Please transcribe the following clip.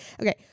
Okay